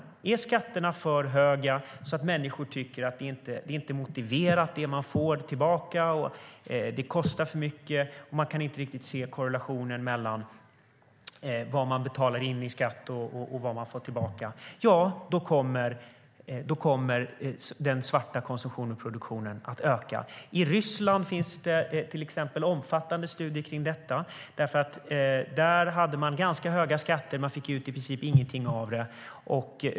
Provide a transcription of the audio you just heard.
Människor kan tycka att skatterna är för höga. De tycker inte att de får tillbaka tillräckligt. Det kostar för mycket, och man kan inte riktigt se korrelationen mellan vad man betalar in i skatt och vad man får tillbaka. Då kommer den svarta konsumtionen och produktionen att öka. I Ryssland finns det till exempel omfattande studier kring detta. Där hade man ganska höga skatter, och man fick i princip inte ut någonting av det.